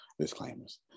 disclaimers